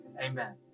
Amen